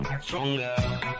stronger